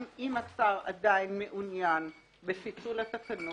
אם השר עדיין מעונין בפיצול התקנות,